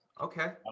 Okay